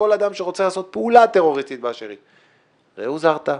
לכל אדם שרוצה לעשות פעולה טרוריסטית באשר היא: ראה הוזהרת,